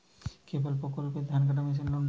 কোন প্রকল্পে ধানকাটা মেশিনের লোন পাব?